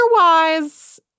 otherwise